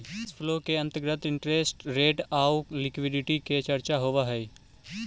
cash flow के अंतर्गत interest rate आउ लिक्विडिटी के चर्चा होवऽ हई